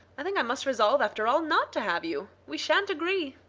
i think i must resolve after all not to have you we shan't agree.